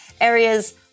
areas